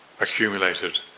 accumulated